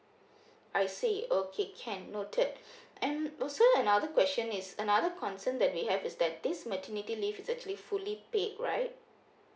I see okay can noted and also another question is another concern that we have is that this maternity leave is actually fully paid right